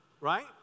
right